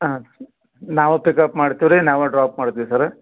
ಹಾಂ ಸರ್ ನಾವೇ ಪಿಕಪ್ ಮಾಡ್ತೀವಿ ರೀ ನಾವೇ ಡ್ರಾಪ್ ಮಾಡ್ತೀವಿ ಸರ